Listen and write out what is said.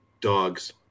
Dogs